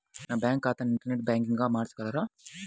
నా బ్యాంక్ ఖాతాని ఇంటర్నెట్ బ్యాంకింగ్గా మార్చగలరా?